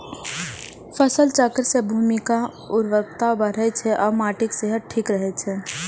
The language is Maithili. फसल चक्र सं भूमिक उर्वरता बढ़ै छै आ माटिक सेहत ठीक रहै छै